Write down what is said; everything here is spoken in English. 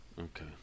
Okay